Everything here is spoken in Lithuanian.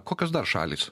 kokios dar šalys